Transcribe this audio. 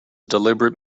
deliberate